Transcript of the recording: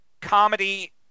comedy